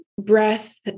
breath